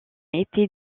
été